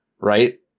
right